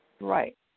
Right